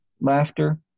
laughter